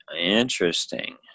Interesting